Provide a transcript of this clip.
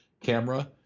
camera